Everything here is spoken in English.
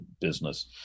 business